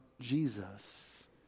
Jesus